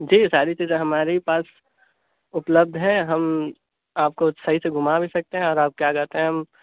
جی ساری چیزیں ہمارے ہی پاس اپلبدھ ہیں ہم آپ کو صحیح سے گھما بھی سکتے ہیں اور آپ کیا کہتے ہیں ہم